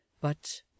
But